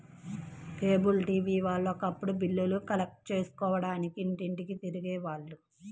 cable TV వాళ్ళు ఒకప్పుడు బిల్లులు కలెక్ట్ చేసుకోడానికి ఇంటింటికీ తిరిగే వాళ్ళు